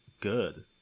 good